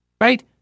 right